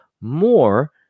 more